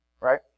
Right